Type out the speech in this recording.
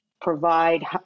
provide